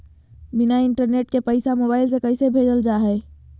बिना इंटरनेट के पैसा मोबाइल से कैसे भेजल जा है?